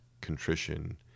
contrition